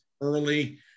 early